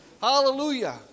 Hallelujah